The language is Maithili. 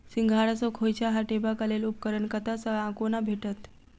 सिंघाड़ा सऽ खोइंचा हटेबाक लेल उपकरण कतह सऽ आ कोना भेटत?